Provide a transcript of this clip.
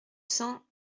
cents